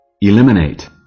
Eliminate